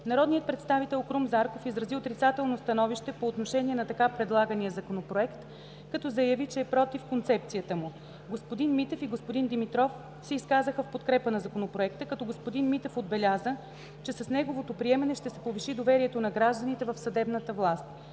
Народният представител Крум Зарков изрази отрицателно становище по отношение на така предлагания Законопроект, като заяви, че е против концепцията му. Господин Митев и господин Димитров се изказаха в подкрепа на Законопроекта, като господин Митев отбеляза, че с неговото приемане ще се повиши доверието на гражданите в съдебната власт.